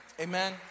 Amen